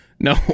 No